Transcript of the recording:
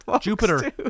Jupiter